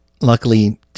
luckily